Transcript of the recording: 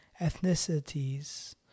ethnicities